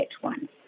one